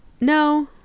No